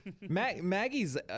Maggie's –